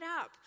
up